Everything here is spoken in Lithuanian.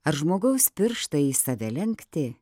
ar žmogaus pirštai į save lenkti